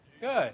Good